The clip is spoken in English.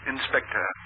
Inspector